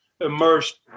immersed